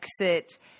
exit